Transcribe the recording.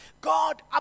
God